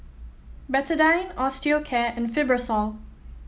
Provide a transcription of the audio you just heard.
Betadine Osteocare and Fibrosol